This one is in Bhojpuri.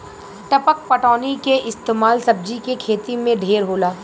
टपक पटौनी के इस्तमाल सब्जी के खेती मे ढेर होला